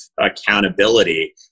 accountability